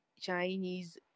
Chinese